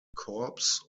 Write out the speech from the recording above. korps